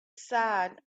sad